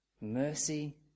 mercy